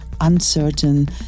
uncertain